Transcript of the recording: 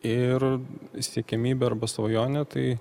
ir siekiamybė arba svajonė tai